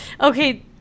Okay